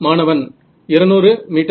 மாணவன் 200 மீட்டர்கள்